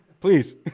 please